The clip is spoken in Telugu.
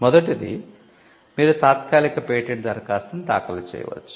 మొదటిది మీరు తాత్కాలిక పేటెంట్ దరఖాస్తును దాఖలు చేయవచ్చు